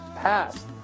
passed